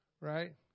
Right